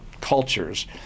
cultures